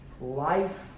life